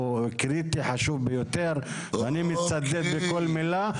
הוא קריטי וחשוב ביותר ואני מצדד בכל מילה,